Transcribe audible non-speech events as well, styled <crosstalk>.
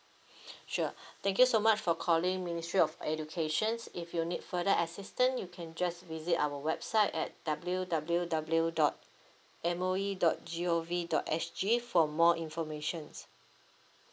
<breath> sure thank you so much for calling ministry of educations if you need further assistant you can just visit our website at W W W dot M O E dot G O V dot S G g for more informations